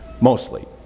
mostly